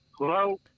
hello